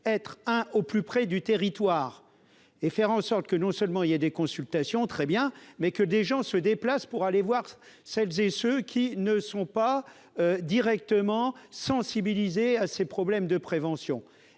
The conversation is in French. être hein, au plus près du territoire, et faire en sorte que non seulement il y a des consultations très bien, mais que des gens se déplacent pour aller voir celles et ceux qui ne sont pas directement sensibilisé à ces problèmes de prévention